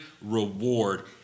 reward